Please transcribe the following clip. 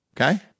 Okay